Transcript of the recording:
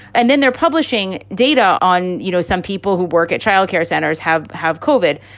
and then they're publishing data on, you know, some people who work at child care centers have have covered,